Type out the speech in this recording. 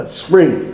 spring